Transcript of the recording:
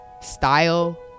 style